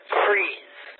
freeze